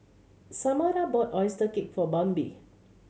Samara bought oyster cake for Bambi